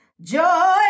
Joy